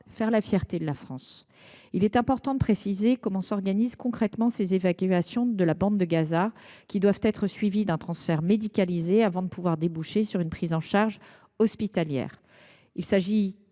faire la fierté de la France. Il est important de préciser comment s’organisent concrètement ces évacuations de la bande de Gaza, qui doivent être suivies d’un transfert médicalisé, avant de déboucher sur une prise en charge hospitalière. Il s’agit